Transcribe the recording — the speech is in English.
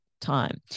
time